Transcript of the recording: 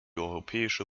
europäische